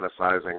fantasizing